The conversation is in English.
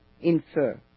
infer